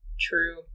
True